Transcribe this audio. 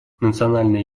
национальное